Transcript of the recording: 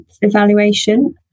evaluation